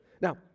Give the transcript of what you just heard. Now